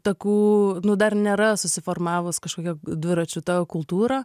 takų nu dar nėra susiformavus kažkokia dviračių ta kultūra